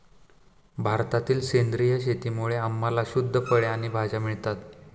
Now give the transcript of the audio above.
भारतातील सेंद्रिय शेतीमुळे आम्हाला शुद्ध फळे आणि भाज्या मिळतात